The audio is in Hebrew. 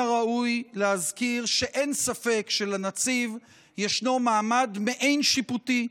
מן הראוי להזכיר שאין ספק שלנציב יש מעמד מעין-שיפוטי,